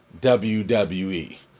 WWE